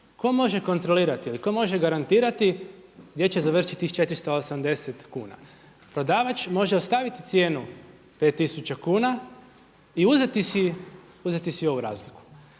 tko može kontrolirati ili ko može garantirati gdje će završiti tih 480 kuna? Prodavač može ostaviti cijenu 5 tisuća kuna i uzeti si ovu razliku.